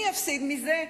מי יפסיד מזה?